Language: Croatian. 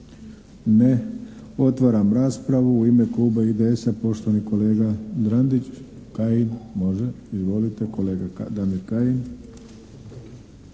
Ne. Otvaram raspravu. U ime Kluba IDS-a poštovani kolega Drandić. Kajin? Može. Izvolite kolega, Damir Kajin.